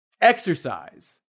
exercise